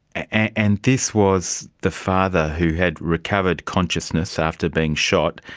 and this was the father, who had recovered consciousness after being shot,